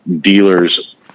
dealers